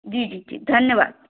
जी जी जी धन्यवाद